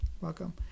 Welcome